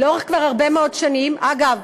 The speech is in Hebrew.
לאורך כבר הרבה מאוד שנים, אגב,